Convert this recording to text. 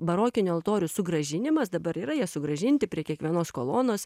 barokinių altorių sugrąžinimas dabar yra jie sugrąžinti prie kiekvienos kolonos